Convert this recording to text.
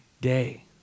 day